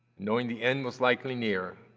knowing the end was likely near,